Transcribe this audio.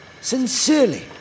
Sincerely